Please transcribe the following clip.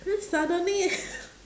then suddenly